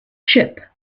ship